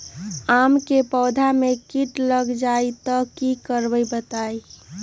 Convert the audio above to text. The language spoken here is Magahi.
आम क पौधा म कीट लग जई त की करब बताई?